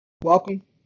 Welcome